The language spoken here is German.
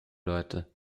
leute